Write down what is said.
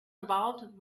involved